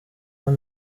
hano